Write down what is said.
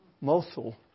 Mosul